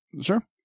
Sure